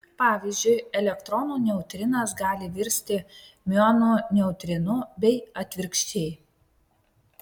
pavyzdžiui elektronų neutrinas gali virsti miuonų neutrinu bei atvirkščiai